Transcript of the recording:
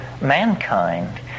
mankind